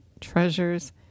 treasures